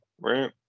right